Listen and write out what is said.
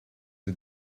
the